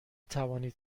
توانید